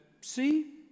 see